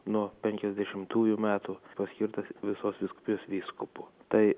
nuo penkiasdešimtųjų metų paskirtas visos vyskupijos vyskupu tai